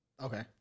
okay